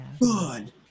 good